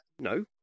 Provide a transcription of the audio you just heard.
No